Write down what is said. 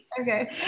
Okay